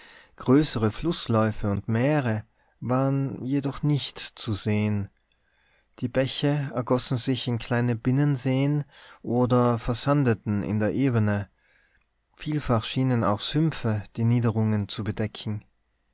größere flußläufe und meere waren jedoch nicht zu sehen die bäche ergossen sich in kleine binnenseen oder versandeten in der ebene vielfach schienen auch sümpfe die niederungen zu bedecken